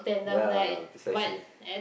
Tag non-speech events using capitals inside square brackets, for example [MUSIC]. [NOISE] ya precisely [BREATH]